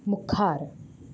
मुखार